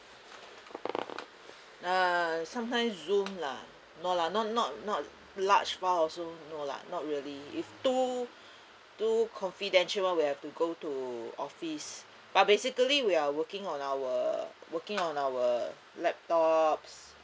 uh sometimes zoom lah no lah no not not large file also no lah not really if too too confidential we have to go to office but basically we are working on our working on our laptops